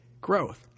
growth